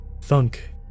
Thunk